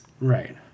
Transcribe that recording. Right